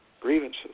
grievances